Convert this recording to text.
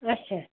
اَچھا